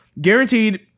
guaranteed